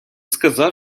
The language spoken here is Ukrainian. сказав